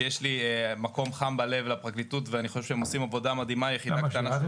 שיש לי מקום חם בלב אליה ואני חושב שהם עושים עבודה מדהימה יחידה